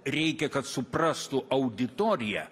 reikia kad suprastų auditorija